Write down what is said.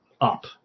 up